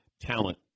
talent